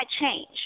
change